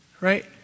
right